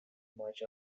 much